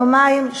יומיים,